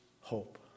hope